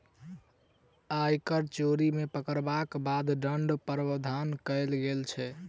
आयकर चोरी मे पकड़यलाक बाद दण्डक प्रावधान कयल गेल छै